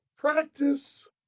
Practice